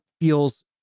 feels